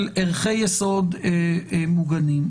של ערכי יסוד מוגנים.